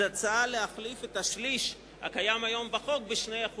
זאת הצעה להחליף את השליש הקיים היום בחוק ב-2%.